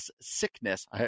sickness –